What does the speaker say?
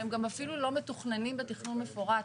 הם אפילו לא מתוכננים בתכנון מפורט,